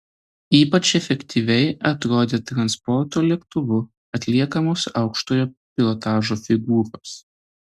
ypač efektyviai atrodė transporto lėktuvu atliekamos aukštojo pilotažo figūros